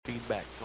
Feedback